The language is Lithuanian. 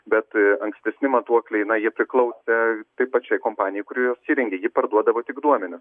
bet ankstesni matuokliai na jie priklausė tai pačiai kompanijai kuri juos įrengė jį parduodavo tik duomenis